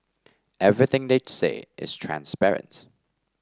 everything they say is transparent